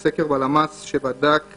זה מסביר למה הם לא ניגשים, כי